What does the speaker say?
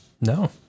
No